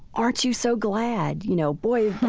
aren't you so glad? you know, boy,